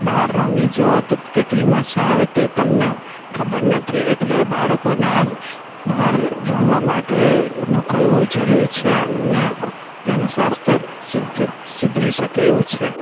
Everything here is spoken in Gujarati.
બહાર રમી જૂઓ તો કેટલી મજા આવે તે તમને ખબર નથી એટલે બાળકોને બહાર રમવા માટે મોકલવો જરૂરી છે અને તેનું સ્વાસ્થ્ય સુધ સુધરી શકે એવું છે